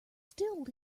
still